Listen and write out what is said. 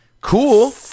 cool